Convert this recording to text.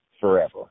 forever